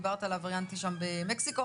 דיברת על הווריאנט במקסיקו,